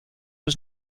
was